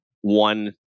one